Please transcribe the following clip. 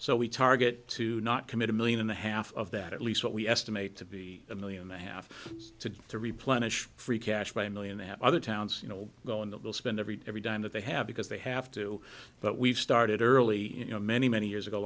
so we target to not commit a million and a half of that at least what we estimate to be a million a half to replenish free cash by a million and other towns you know go and they'll spend every every dime that they have because they have to but we've started early you know many many years ago